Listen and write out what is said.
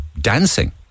dancing